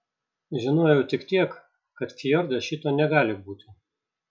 žinojau tik tiek kad fjorde šito negali būti